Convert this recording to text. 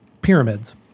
pyramids